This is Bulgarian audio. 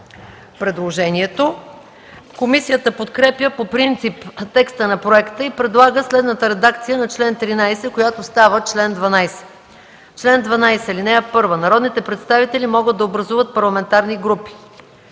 от комисията. Комисията подкрепя по принцип текста на проекта и предлага следната редакция на чл. 13, който става чл. 12: „Чл. 12. (1) Народните представители могат да образуват парламентарни групи.